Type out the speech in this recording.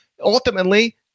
Ultimately